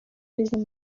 zimeze